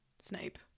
Snape